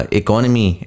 economy